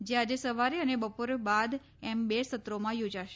જે આજે સવારે અને બપોર બાદ એમ બે સત્રોમાં યોજાશે